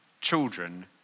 children